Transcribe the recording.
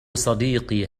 صديقي